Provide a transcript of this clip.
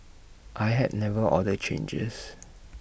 I have never ordered changes